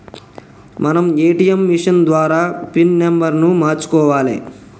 మనం ATM machine ద్వారా PIN నెంబర్ను మార్చుకోవాలే